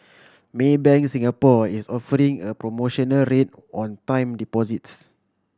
Maybank Singapore is offering a promotional rate on time deposits